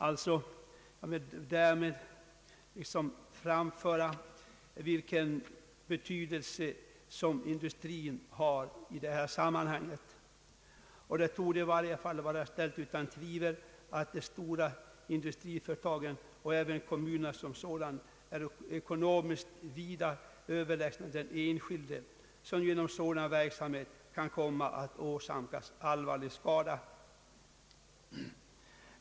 Utskottet ville därmed liksom framhålla vilken betydelse industrin har i det här sammanhanget, och det torde i varje fall vara ställt utom tvivel att de stora industriföretagen och även kommunerna är ekonomiskt vida överlägsna den enskilde som till följd av sådan verksamhet kan komma att åsamkas allvarlig skada.